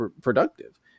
productive